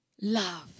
love